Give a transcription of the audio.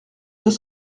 deux